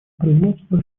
производства